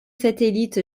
satellite